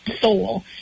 soul